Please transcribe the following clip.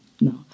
No